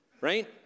right